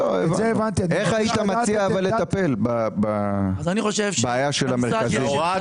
איך היית מציע לטפל בבעיה של המרכזים?